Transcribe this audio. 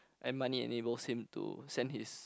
and money enables him to send his